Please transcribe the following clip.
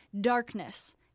darkness